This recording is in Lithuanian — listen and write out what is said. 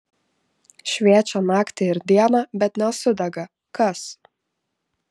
šviečią naktį ir dieną bet nesudega kas